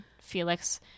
Felix